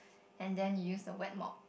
and then you use the wet mop